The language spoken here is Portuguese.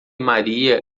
maria